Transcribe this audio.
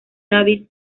davis